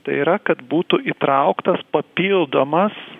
tai yra kad būtų įtrauktas papildomas